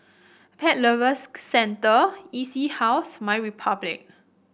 Pet Lovers Centre E C House MyRepublic